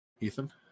Ethan